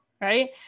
right